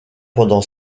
pendant